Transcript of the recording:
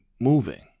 moving